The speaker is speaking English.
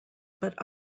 but